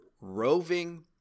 roving